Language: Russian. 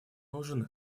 нужен